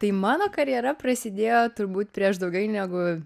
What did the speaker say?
tai mano karjera prasidėjo turbūt prieš daugiau negu